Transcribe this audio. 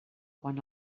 quan